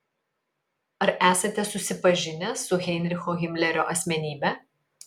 ar esate susipažinęs su heinricho himlerio asmenybe